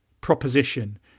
proposition